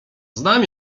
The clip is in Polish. znam